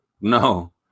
no